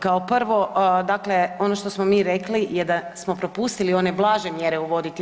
Kao prvo, dakle ono što smo mi rekli je da smo propustili one blaže mjere uvoditi.